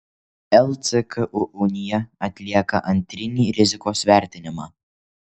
lcku unija atlieka antrinį rizikos vertinimą